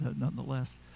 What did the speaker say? nonetheless